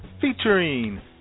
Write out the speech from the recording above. featuring